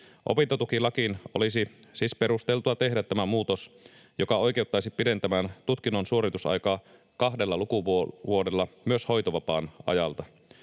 Opintotukilakiin olisi siis perusteltua tehdä tämä muutos, joka oikeuttaisi pidentämään tutkinnon suoritusaikaa kahdella lukuvuodella myös hoitovapaan ajalta.